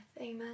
Amen